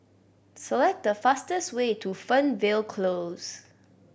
select the fastest way to Fernvale Close